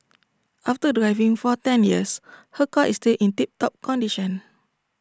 after driving for ten years her car is still in tip top condition